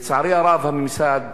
לצערי הרב הממסד,